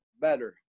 better